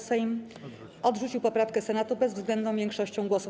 Sejm odrzucił poprawkę Senatu bezwzględną większością głosów.